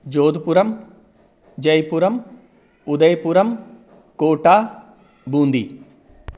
जोध्पुरम् जय्पुरम् उदय्पुरम् कोटा बून्दी